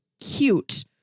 cute